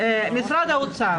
משרד האוצר,